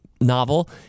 novel